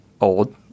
old